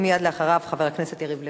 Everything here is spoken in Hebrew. מייד אחריו, חבר הכנסת יריב לוין.